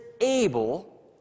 able